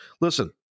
listen